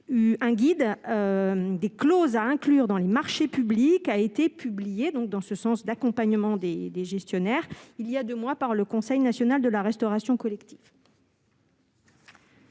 un guide des clauses à inclure dans les marchés publics a été publié donc dans ce sens, d'accompagnement des des gestionnaires, il y a 2 mois par le Conseil national de la restauration collective.